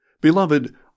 Beloved